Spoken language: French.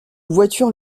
voiture